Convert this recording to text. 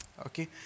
okay